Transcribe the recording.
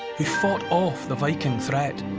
who fought off the viking threat.